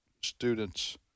students